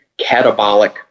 catabolic